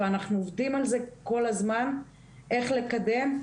ואנחנו עובדים כל הזמן על איך לקדם.